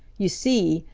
you see,